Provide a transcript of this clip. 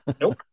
nope